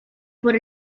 por